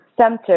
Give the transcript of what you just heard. center